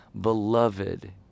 beloved